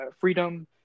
freedom